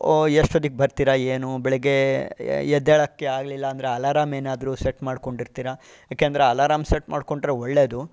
ಎಷ್ಟೋತ್ತಿಗೆ ಬರ್ತೀರಾ ಏನು ಬೆಳಗ್ಗೆ ಎದ್ದೇಳಕ್ಕೆ ಆಗಲಿಲ್ಲ ಅಂದರೆ ಅಲಾರಾಮ್ ಏನಾದ್ರೂ ಸೆಟ್ ಮಾಡ್ಕೊಂಡಿರ್ತೀರ ಏಕೆಂದರೆ ಅಲಾರಾಮ್ ಸೆಟ್ ಮಾಡಿಕೊಂಡ್ರೆ ಒಳ್ಳೇದು